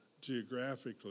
geographically